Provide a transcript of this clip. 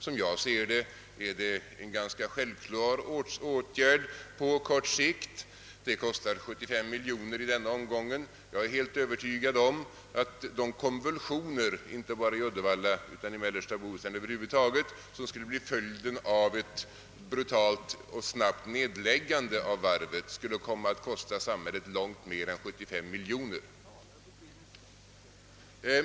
Som jag ser det, är det en ganska självklar åtgärd på kort sikt. Det kostar 75 miljoner i denna omgång. Jag är helt övertygad om att de konvulsioner, inte bara i Uddevalla utan i mellersta Bohuslän över huvud taget, som skulle bli följden av ett snabbt nedläggande av varvet, skulle komma att kosta samhället långt mer än 75 miljoner.